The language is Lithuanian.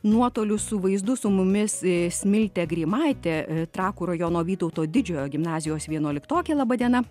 nuotoliu su vaizdu su mumis smiltė grimaitė trakų rajono vytauto didžiojo gimnazijos vienuoliktokė laba diena